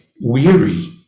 weary